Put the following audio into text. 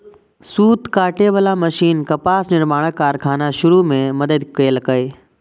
सूत काटे बला मशीन कपास निर्माणक कारखाना शुरू मे मदति केलकै